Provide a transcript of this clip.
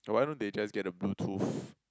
why don't they just get a bluetooth